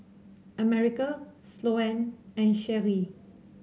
America Sloane and Sheree